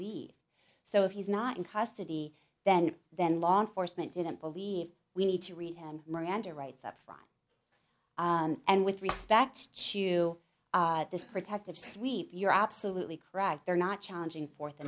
leave so if he's not in custody then then law enforcement didn't believe we need to read and miranda rights up front and with respect to this protective sweep you're absolutely correct they're not challenging fourth